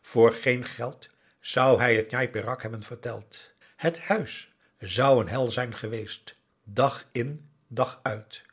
voor geen geld zou hij het njai peraq hebben verteld het huis zou een hel zijn geweest dag in dag uit